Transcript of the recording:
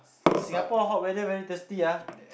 Singapore hot weather very thirsty ah